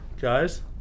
guys